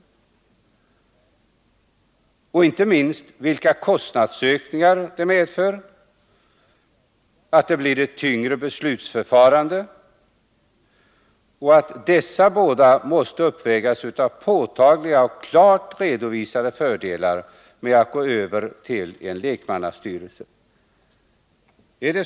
Vidare har jag pekat på att vissa kostnadsökningar och ett tyngre beslutsförfarande måste uppvägas av påtagliga och klart redovisade fördelar med att gå över till lekmannastyrelse.